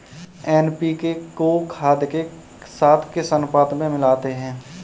NPK को खाद के साथ किस अनुपात में मिलाते हैं?